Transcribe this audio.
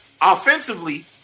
offensively